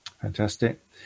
Fantastic